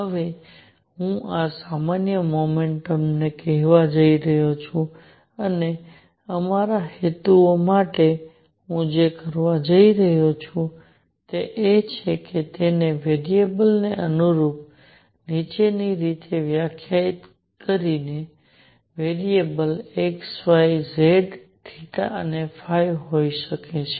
હવે હું આ સામાન્ય મોમેન્ટમને કહેવા જઈ રહ્યો છું અને અમારા હેતુઓ માટે હું જે કરવા જઈ રહ્યો છું તે એ છે કે તેને વેરીએબલ ને અનુરૂપ નીચેની રીતે વ્યાખ્યાયિત કરો કે વેરીએબલ x y z હોઈ શકે છે